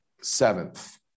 seventh